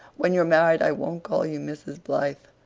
when you're married i won't call you mrs. blythe.